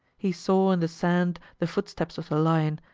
he saw in the sand the footsteps of the lion,